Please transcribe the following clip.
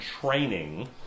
training